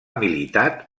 militat